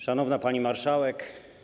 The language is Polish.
Szanowna Pani Marszałek!